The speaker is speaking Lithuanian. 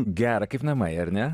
gera kaip namai ar ne